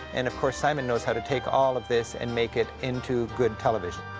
and of course, simon knows how to take all of this and make it into good television.